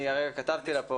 כתבתי לה.